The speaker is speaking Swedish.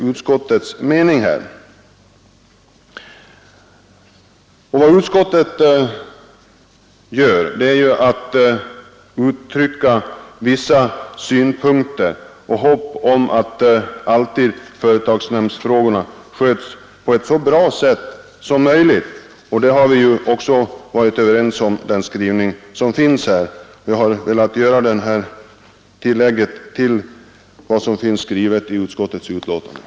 Utskottet anför också vissa synpunkter och uttalar en förhoppning om att företagsnämndsfrågorna alltid skall skötas på ett så bra sätt som möjligt. Vi har varit överens om detta men jag har här velat göra ett tillägg till det som finns skrivet i betänkandet.